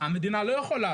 המדינה לא יכולה,